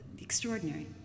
extraordinary